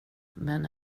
men